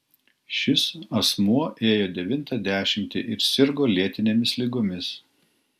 šis asmuo ėjo devintą dešimtį ir sirgo lėtinėmis ligomis